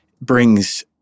brings